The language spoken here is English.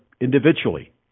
individually